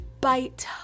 bite